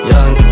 Young